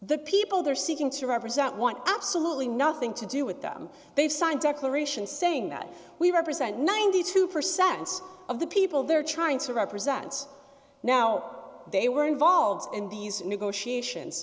the people they're seeking to represent want absolutely nothing to do with them they've signed secular and saying that we represent ninety two percent of the people they're trying to represents now they were involved in these negotiations